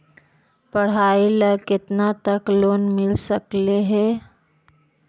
पढाई ल केतना तक लोन मिल सकले हे?